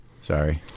sorry